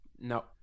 No